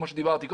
כפי שאמרתי קודם.